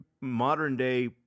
modern-day